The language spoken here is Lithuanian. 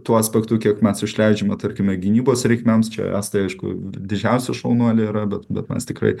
tuo aspektu kiek mes išleidžiame tarkime gynybos reikmėms čia estai aišku didžiausi šaunuoliai yra bet bet mes tikrai